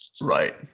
Right